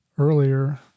Earlier